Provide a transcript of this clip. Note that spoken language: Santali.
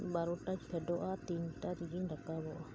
ᱵᱟᱨᱳᱴᱟᱹᱧ ᱯᱷᱮᱰᱚᱜᱼᱟ ᱛᱤᱱᱴᱟ ᱨᱮᱜᱤᱧ ᱨᱟᱠᱟᱵᱚᱜᱼᱟ